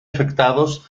afectados